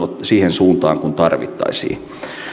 siihen suuntaan missä tarvittaisiin tai se tarve